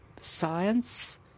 science